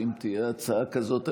שאם תהיה הצעה כזאת,